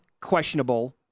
questionable